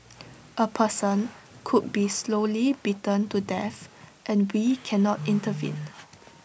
A person could be slowly beaten to death and we cannot intervene